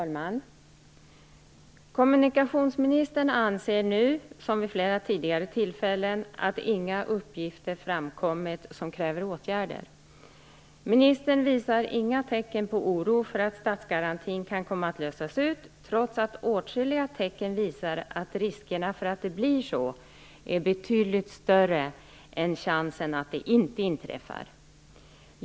Fru talman! Kommunikationsministern anser nu, som vid flera tidigare tillfällen, att inga uppgifter framkommit som kräver åtgärder. Ministern visar inga tecken på oro för att statsgarantin kan komma att lösas ut, trots att åtskilliga tecken visar att riskerna för att det blir så är betydligt större än chansen att det inte inträffar.